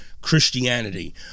Christianity